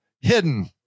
hidden